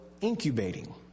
incubating